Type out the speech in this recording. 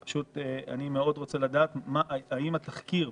אני רוצה לדעת לגבי התחקיר.